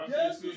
Yes